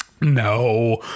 No